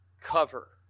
cover